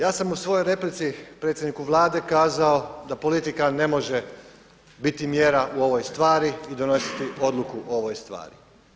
Ja sam u svojoj replici predsjedniku Vlade kazao da politika ne može biti mjera u ovoj stvari i donositi odluku o ovoj stvari.